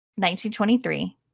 1923